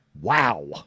Wow